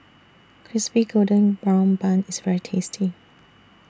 Crispy Golden Brown Bun IS very tasty